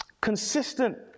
consistent